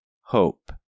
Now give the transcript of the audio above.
HOPE